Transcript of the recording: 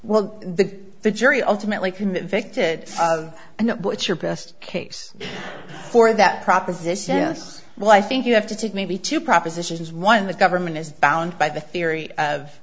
well the jury ultimately convicted and what's your best case for that proposition yes well i think you have to take maybe two propositions one the government is bound by the theory of